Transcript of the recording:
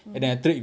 mm